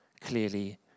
clearly